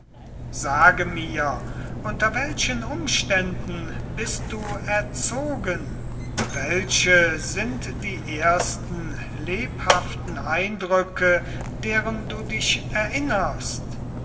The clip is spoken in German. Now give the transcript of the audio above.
sage mir unter welchen umständen bist du erzogen welche sind die ersten lebhaften eindrücke deren du dich erinnerst